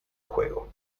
juego